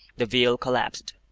the veil collapsed,